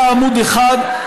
היה עמוד אחד,